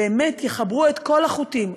שבאמת יחברו את כל החוטים,